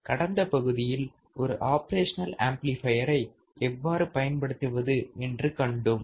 கடந்த பகுதியில் ஒரு ஆப்ரேஷனல் ஆம்ப்ளிபையரை எவ்வாறு பயன்படுத்துவது என்று கண்டோம்